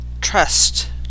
trust